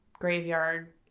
graveyard